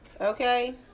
Okay